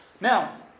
Now